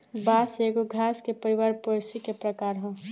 बांस एगो घास के परिवार पोएसी के प्रकार ह